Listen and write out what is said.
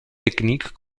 technique